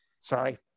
Sorry